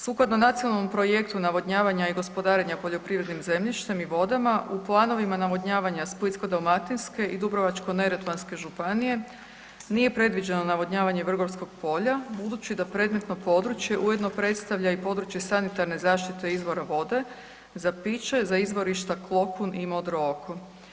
Sukladno Nacionalnom projektu navodnjavanja i gospodarenja poljoprivrednim zemljištem i vodama u planovima navodnjavanja Splitsko-dalmatinske i Dubrovačko-neretvanske županije nije predviđeno navodnjavanje Vrgorskog polja budući da predmetno područje ujedno predstavlja i područje sanitarne zaštite izvora vode za piće za izvorišta Klokun i Modro oko.